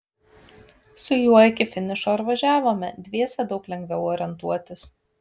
su juo iki finišo ir važiavome dviese daug lengviau orientuotis